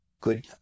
good